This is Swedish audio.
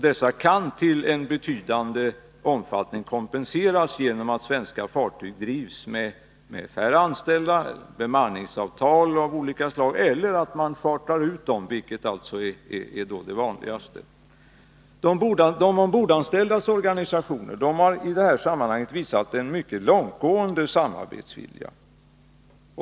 Dessa kan i betydande omfattning kompenseras genom att svenska fartyg drivs med färre anställda, att man upprättar bemanningsavtal av olika slag eller att man chartrar ut fartygen, vilket är det vanligaste. De ombordanställdas organisationer har i det här sammanhanget visat en mycket långtgående samarbetsvilja.